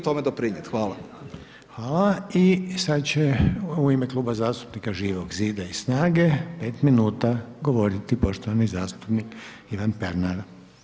I sad će u ime Kluba zastupnika Živog zida i SNAGA-e 5 minuta govoriti poštovani zastupnik Ivan Pernar.